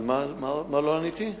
על מה לא עניתי?